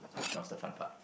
now's the fun part